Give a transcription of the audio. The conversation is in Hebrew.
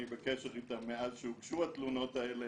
אני בקשר איתם מאז שהוגשו התלונות האלה,